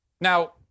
Now